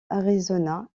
arizona